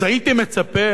אז הייתי מצפה